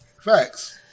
Facts